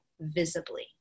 visibly